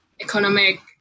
economic